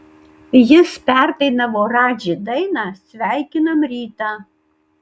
jis perdainavo radži dainą sveikinam rytą